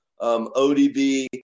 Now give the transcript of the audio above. ODB